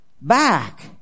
back